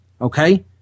Okay